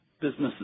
businesses